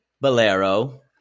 Bolero